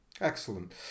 excellent